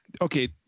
Okay